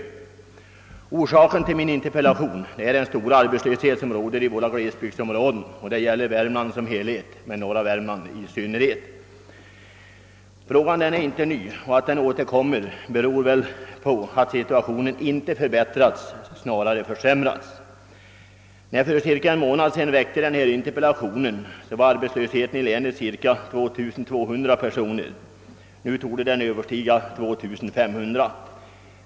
Anledningen till min interpellation är den stora arbetslöshet som råder i våra glesbygdsområden i Värmland som helhet men i synnerhet i norra Värmland. Frågan är inte ny, och att den återkommer beror väl på att situationen inte förbättrats utan snarare försämrats. När jag för cirka en månad sedan framställde denna interpellation omfattade arbetslösheten i länet omkring 2200 personer; nu torde den överstiga 2500.